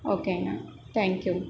ஓகேங்க thank you